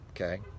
okay